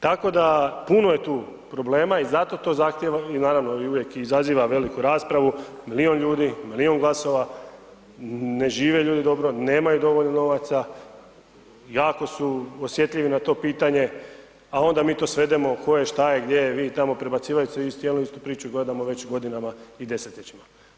Tako da puno je tu problema i zato to zahtjeva i naravno uvijek izaziva veliku raspravu, milion ljudi, milion glasova, ne žive ljudi dobro, nemaju dovoljno novaca, jako su osjetljivi na to pitanje, a onda mi to svedemo tko je, šta je, gdje je, vi tamo prebacivajući se, cijelu istu priču gledamo već godinama i desetljećima.